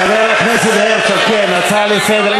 חבר הכנסת הרצוג, כן, הצעה לסדר.